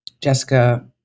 Jessica